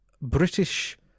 british